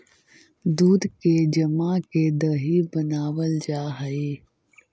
दूध के जमा के दही बनाबल जा हई